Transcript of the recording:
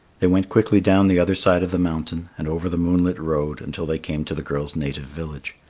they went quickly down the other side of the mountain, and over the moonlit road until they came to the girl's native village.